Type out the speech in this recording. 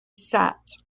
sat